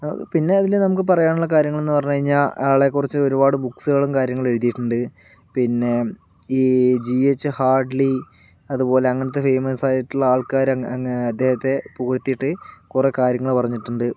പിന്നെ അതില് നമുക്ക് പറയുനുള്ള കാര്യങ്ങളെന്നു പറഞ്ഞു കഴിഞ്ഞാൽ ആളെക്കുറിച്ച് ഒരുപാട് ബുക്ക്സ്കളും കാര്യങ്ങള് എഴുതിയിട്ടുണ്ട് പിന്നെ ഈ ജി എച്ച് ഹാർഡ്ലി അതുപോലെ അങ്ങനത്തെ ഫെയിമസ് ആയിട്ടുള്ള ആൾക്കാരങ്ങു ങ്ങ് അദ്ദേഹത്തെ പുകഴ്ത്തിയിട്ട് കുറെ കാര്യങ്ങള് പറഞ്ഞിട്ടുണ്ട്